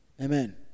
Amen